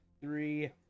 three